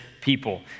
people